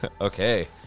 Okay